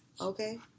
Okay